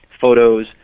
photos